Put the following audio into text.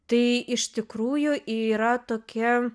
tai iš tikrųjų yra tokia